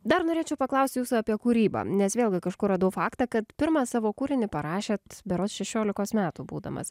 dar norėčiau paklaust jūsų apie kūrybą nes vėlgi kažkur radau faktą kad pirmą savo kūrinį parašėt berods šešiolikos metų būdamas